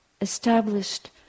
established